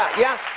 yeah.